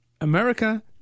America